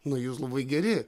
nu jūs labai geri